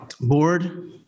Board